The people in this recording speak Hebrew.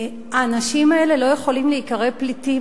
האנשים האלה לא יכולים להיקרא "פליטים",